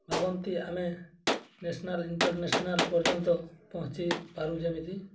ଭାବନ୍ତି ଆମେ national international ପର୍ଯ୍ୟନ୍ତ ପହଞ୍ଚି ପାରୁ ଯେମିତି